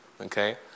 okay